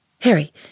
Harry